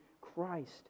Christ